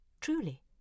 Truly